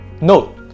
Note